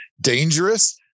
dangerous